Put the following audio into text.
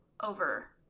over